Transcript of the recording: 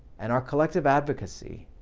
and our collective advocacy,